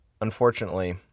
Unfortunately